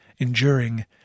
enduring